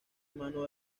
mano